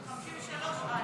53 א'.